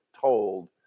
told